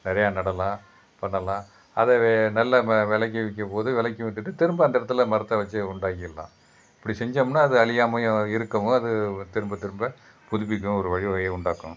நிறையா நடலாம் பண்ணலாம் அதை வெ நல்ல வ விலைக்கி விற்கும்போது விலைக்கும் விற்றுட்டு திரும்ப அந்த இடத்துல மரத்தை வச்சு உண்டாக்கிடலாம் இப்படி செஞ்சோம்னால் அது அழியாமையும் இருக்கவும் அது திரும்ப திரும்ப புதுப்பிக்கவும் ஒரு வழிவகைய உண்டாக்கும்